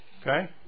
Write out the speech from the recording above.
Okay